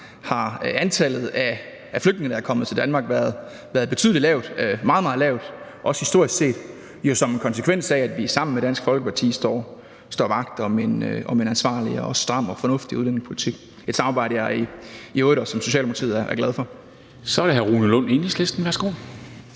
har antallet af flygtninge, der er kommet til Danmark, været meget, meget lavt, også historisk set, og det er jo en konsekvens af, at vi sammen med Dansk Folkeparti står vagt om en ansvarlig og stram og fornuftig udlændingepolitik – et samarbejde, som jeg og Socialdemokratiet i øvrigt er glad for. Kl. 09:19 Formanden (Henrik